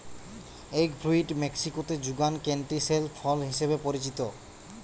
egg fruit মেক্সিকোতে যুগান canistel ফল হিসেবে পরিচিত